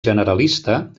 generalista